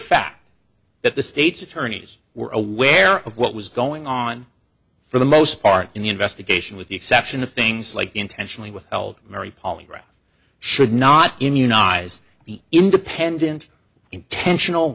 fact that the state's attorneys were aware of what was going on for the most part in the investigation with the exception of things like intentionally withheld mary polygraph should not immunize the independent intentional